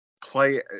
play